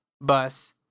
bus